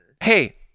hey